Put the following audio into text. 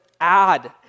add